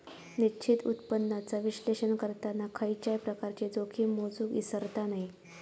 निश्चित उत्पन्नाचा विश्लेषण करताना खयच्याय प्रकारची जोखीम मोजुक इसरता नये